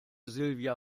silvia